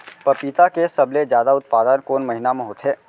पपीता के सबले जादा उत्पादन कोन महीना में होथे?